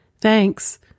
thanks